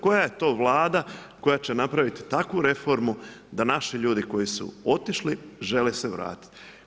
Koja je to vlada koja će napraviti takvu reformu da naši ljudi koji su otišli, žele se vratiti?